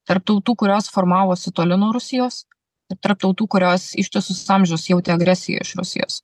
tarp tautų kurios formavosi toli nuo rusijos ir tarp tautų kurios ištisus amžius jautė agresiją iš rusijos